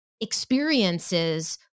experiences